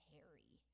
Harry